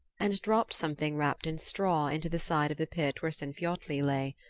and dropped something wrapped in straw into the side of the pit where sinfiotli lay.